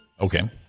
okay